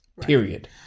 Period